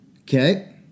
Okay